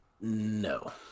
No